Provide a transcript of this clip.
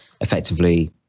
effectively